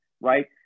right